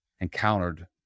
encountered